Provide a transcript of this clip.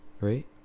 right